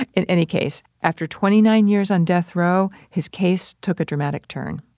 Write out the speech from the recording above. in any case, after twenty-nine years on death row, his case took a dramatic turn